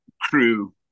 crew